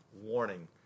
warning